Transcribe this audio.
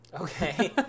Okay